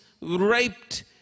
raped